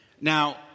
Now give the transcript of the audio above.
Now